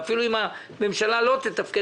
ואפילו אם הממשלה לא תתפקד,